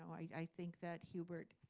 i think that hubert,